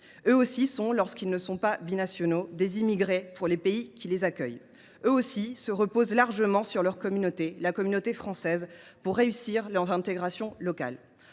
Eux aussi, lorsqu’ils ne sont pas binationaux, sont des immigrés pour les pays qui les accueillent. Eux aussi se reposent largement sur leur communauté, la communauté française, pour réussir leur intégration locale.